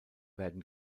werden